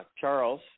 Charles